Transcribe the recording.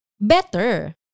better